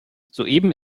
soeben